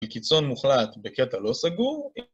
וקיצון מוחלט בקטע לא סגור.